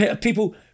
People